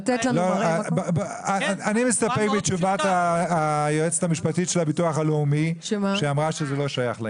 אני מסתפק בתשובת היועצת המשפטית של הביטוח הלאומי שאמרה שזה לא שייך.